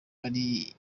ari